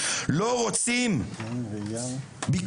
לא רוצים ביקורת,